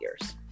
years